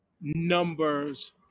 numbers